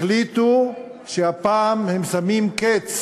החליטו שהפעם הם שמים קץ